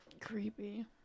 creepy